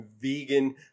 vegan